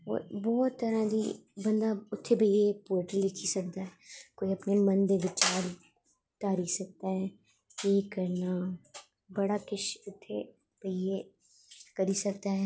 बौह्त तरां दी बंदा इत्थें बेहियै पोटल दिक्खी सकदा ऐ कोई अपनें मन दे बिचार ढाली सकदा ऐ केह् करनां बड़ा किश इत्थें बेहियै करी सकदा ऐ